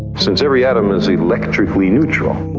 since every atom is electrically neutral,